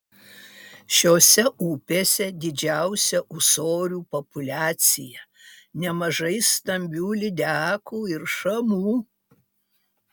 šiose upėse didžiausia ūsorių populiacija nemažai stambių lydekų ir šamų